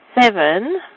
seven